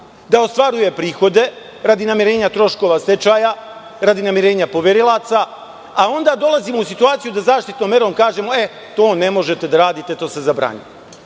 da ostvaruje prihode radi namirenja troškova stečaja, radi namirenja poverilaca, a onda dolazimo u situaciju da zaštitnom merom kažemo – to ne možete da radite, to se zabranjuje?